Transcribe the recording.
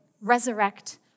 resurrect